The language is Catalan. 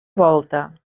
volta